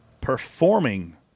performing